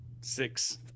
six